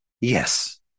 Yes